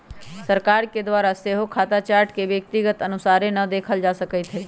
सरकार के द्वारा सेहो खता चार्ट के व्यक्तिगत अनुसारे न देखल जा सकैत हइ